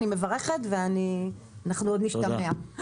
אני מברכת ואנחנו עוד נשמע.